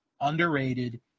underrated